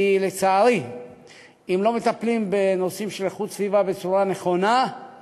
כי אם לא מטפלים בנושאים של איכות הסביבה בצורה נכונה,